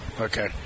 okay